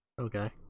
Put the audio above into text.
Okay